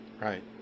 Right